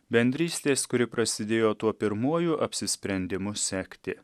bendrystės kuri prasidėjo tuo pirmuoju apsisprendimu sekti